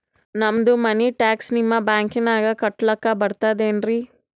ನಮ್ದು ಮನಿ ಟ್ಯಾಕ್ಸ ನಿಮ್ಮ ಬ್ಯಾಂಕಿನಾಗ ಕಟ್ಲಾಕ ಬರ್ತದೇನ್ರಿ?